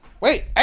Wait